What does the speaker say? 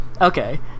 okay